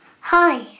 Hi